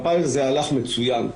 והפיילוט הזה הלך מצוין.